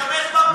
שישמש בפרוטוקול,